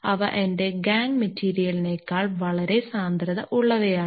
അവ എന്റെ ഗാങ് മെറ്റീരിയലിനെക്കാൾ വളരെ ഉയർന്ന സാന്ദ്രത ഉള്ളവയാണ്